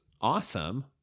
awesome